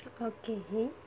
okay